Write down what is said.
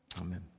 Amen